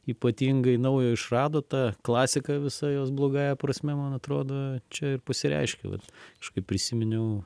ypatingai naujo išrado ta klasika visa jos blogąja prasme man atrodo čia ir pasireiškia vat kažkaip prisiminiau